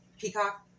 peacock